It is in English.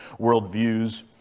worldviews